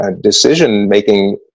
decision-making